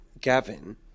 Gavin